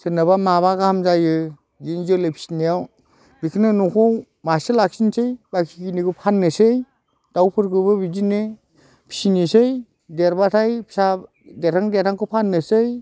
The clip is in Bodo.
सोरनाबा माबा गाहाम जायो बिनि जोलै फिनायाव बेखोनो न'आव मासे लाखिनोसै बाखिखिनिखौ फाननोसै दाउफोरखौबो बिदिनो फिनोसै देरब्लाथाय फिसा देरहां देरहांखौ फाननोसै